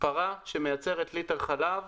פרה שמייצרת ליטר חלב,